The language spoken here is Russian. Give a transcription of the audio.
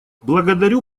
благодарю